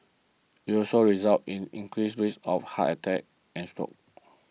it also resulted in increased risk of heart attacks and strokes